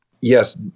Yes